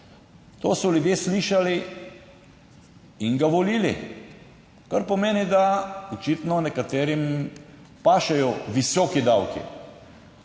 to so ljudje slišali in ga volili, kar pomeni, da očitno nekaterim pašejo visoki davki.